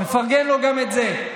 נפרגן לו גם את זה.